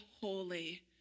Holy